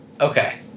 Okay